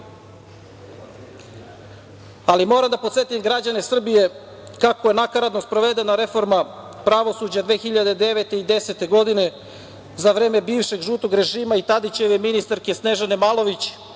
drugih. Moram da podsetim građane Srbije kako je nakaradno sprovedena reforma pravosuđa 2009. i 2010. godine za vreme bivšeg žutog režima i Tadićeve ministarke Snežane Malović